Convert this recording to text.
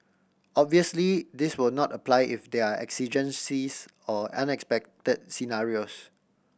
obviously this will not apply if there are exigencies or unexpected scenarios